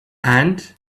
and